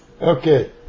Okay